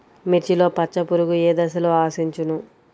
మిర్చిలో పచ్చ పురుగు ఏ దశలో ఆశించును?